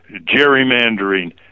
gerrymandering